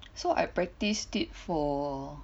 so I practiced it for